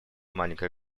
маленькой